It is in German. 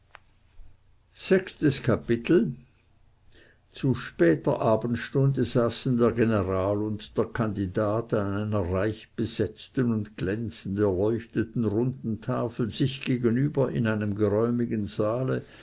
sechstes kapitel zu später abendstunde saßen der general und der kandidat an einer reichbesetzten und glänzend erleuchteten runden tafel sich gegenüber in einem geräumigen saale